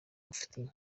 amufitiye